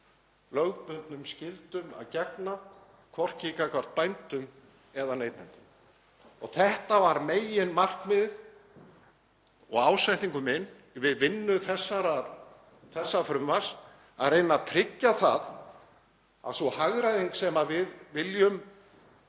lögbundnum skyldum að gegna, hvorki gagnvart bændum né neytendum. Þetta var meginmarkmiðið og ásetningur minn við vinnu þessa frumvarps, að reyna að tryggja það að sú hagræðing sem við viljum